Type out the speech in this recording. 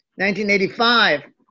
1985